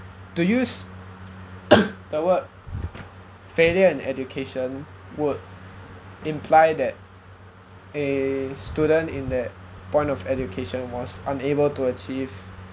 to use the word failure and education would imply that a student in that point of education was unable to achieve